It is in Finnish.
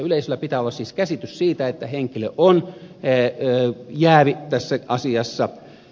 yleisöllä pitää olla siis käsitys siitä että henkilö on jäävi tässä asiassa